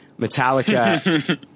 Metallica